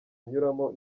anyuramo